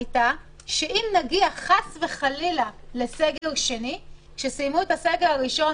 הייתה שאם נגיע חס וחלילה לסגר שני כשסיימו את הסגר הראשון,